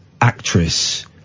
actress